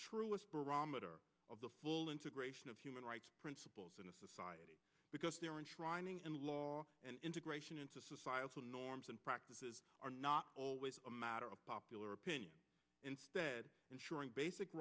truest barometer of the full integration of human rights principles in the society because there enshrining in law and integration into societal norms and practices are not always a matter of popular opinion instead ensuring basic